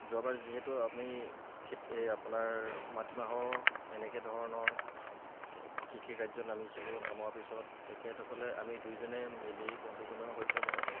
যোৱাবাৰ যিহেতু আমি খেতি আপোনাৰ মাটিমাহৰ এনেকুৱা ধৰণৰ কৃষি কাৰ্যত নামিছিলোঁ নমাৰ পিছত তেখেতসকলে আমি দুইজনে মিলি বন্ধুজনৰ সৈতে মই